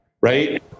right